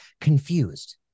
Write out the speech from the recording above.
confused